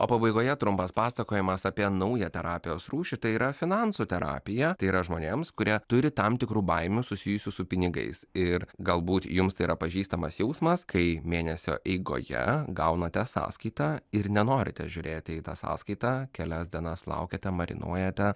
o pabaigoje trumpas pasakojimas apie naują terapijos rūšį tai yra finansų terapiją tai yra žmonėms kurie turi tam tikrų baimių susijusių su pinigais ir galbūt jums tai yra pažįstamas jausmas kai mėnesio eigoje gaunate sąskaitą ir nenorite žiūrėti į tą sąskaitą kelias dienas laukiate marinuojate